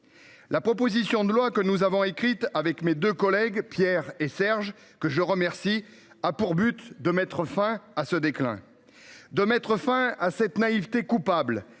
La proposition de loi que nous avons écrit avec mes 2 collègues Pierre et Serge que je remercie a pour but de mettre fin à ce déclin. De mettre fin à cette naïveté coupable